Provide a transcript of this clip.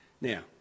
Now